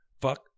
fuck